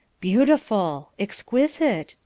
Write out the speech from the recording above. beautiful! exquisite!